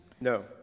No